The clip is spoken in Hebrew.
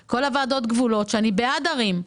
כל ועדות הגבולות, ואני בעד ערים,